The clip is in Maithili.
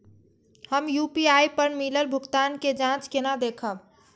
हम यू.पी.आई पर मिलल भुगतान के जाँच केना देखब?